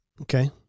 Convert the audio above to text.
Okay